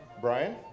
Brian